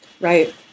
Right